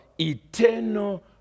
eternal